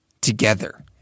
together